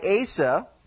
Asa